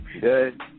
Good